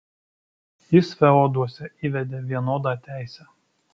jis feoduose įvedė vienodą teisę